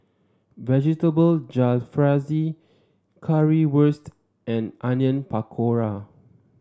Vegetable Jalfrezi Currywurst and Onion Pakora